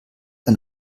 ein